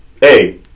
Hey